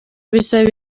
bisaba